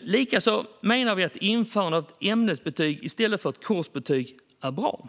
Likaså menar vi att införandet av ämnesbetyg i stället för kursbetyg är bra.